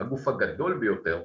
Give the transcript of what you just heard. הגוף הגדול ביותר,